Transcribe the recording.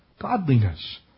Godliness